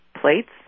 plates